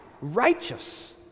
righteous